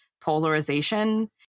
polarization